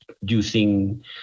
using